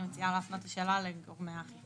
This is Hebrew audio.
אני מציעה להפנות את השאלה לגורמי האכיפה.